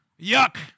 Yuck